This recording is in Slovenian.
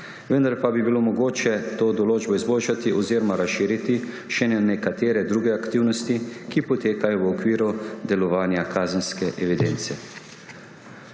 Vendar pa bi bilo mogoče to določbo izboljšati oziroma razširiti še na nekatere druge aktivnosti, ki potekajo v okviru delovanja kazenske evidence.